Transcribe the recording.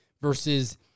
versus